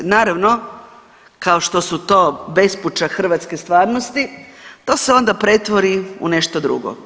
Naravno, kao što su to bespuća hrvatske stvarnosti to se onda pretvori u nešto drugo.